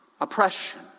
oppression